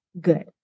good